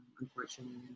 unfortunately